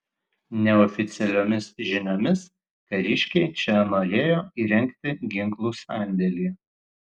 neoficialiomis žiniomis kariškiai čia norėjo įrengti ginklų sandėlį